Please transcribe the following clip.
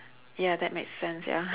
ya that make sense ya